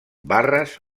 barres